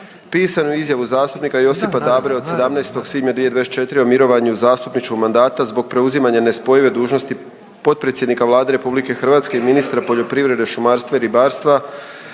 pisanu izjavu zastupnika Josipa Dabre od 17. svibnja 2024. o mirovanju zastupničkog mandata zbog preuzimanja nespojive dužnosti potpredsjednika Vlade RH, ministra poljoprivrede, šumarstva i ribarstva